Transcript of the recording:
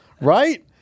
Right